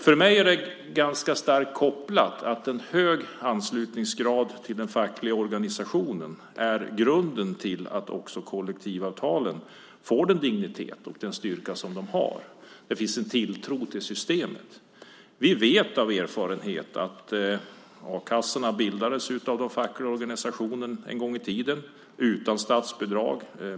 För mig är det ganska starkt kopplat att en hög anslutningsgrad till den fackliga organisationen är grunden till att kollektivavtalen får den dignitet och den styrka som de har, att det finns en tilltro till systemet. Vi vet detta av erfarenhet. A-kassorna bildades av den fackliga organisationen en gång tiden, utan statsbidrag.